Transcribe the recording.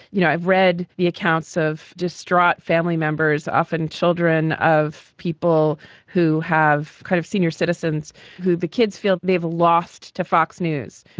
you know, i've read the accounts of distraught family members, often children of people who have kind of senior citizens who the kids feel they've lost to fox news.